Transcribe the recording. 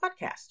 podcast